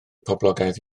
poblogaidd